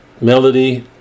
Melody